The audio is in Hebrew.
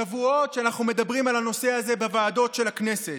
שבועות שאנחנו מדברים על הנושא בוועדות של הכנסת.